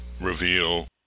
reveal